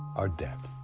are dead.